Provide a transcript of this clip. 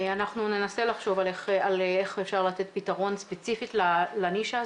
אנחנו ננסה לחשוב על איך אפשר לתת פתרון ספציפית לנישה הזאת,